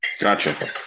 Gotcha